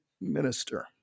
minister